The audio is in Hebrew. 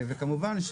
וכמובן,